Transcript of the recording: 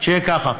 שיהיה ככה.